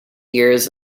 years